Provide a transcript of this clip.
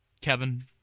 Kevin